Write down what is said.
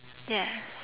yes